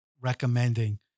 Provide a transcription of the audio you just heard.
recommending